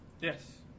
Yes